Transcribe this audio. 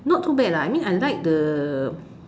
not too bad lah I mean I like the